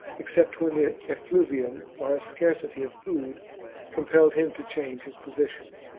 except when the effluvium or a scarcity of food compelled him to change his position.